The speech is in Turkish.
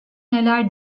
neler